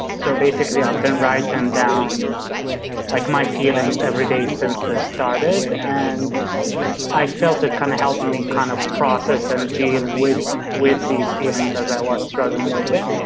so basically i've been writing down like my feelings every day since this started, and i felt it kind of helped me kind of process and deal with with these feelings as i was struggling with them.